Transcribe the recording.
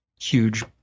huge